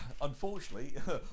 Unfortunately